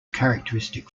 characteristic